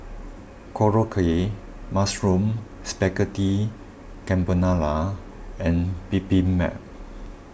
Korokke Mushroom Spaghetti Carbonara and Bibimbap